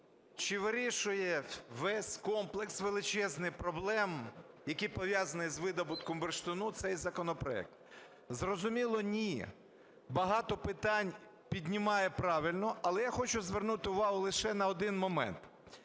Чи вирішує весь комплекс величезний проблем, які пов'язані з видобутком бурштину, цей законопроект? Зрозуміло, ні, багато питань піднімає правильно. Але я хочу звернути увагу лише на один момент.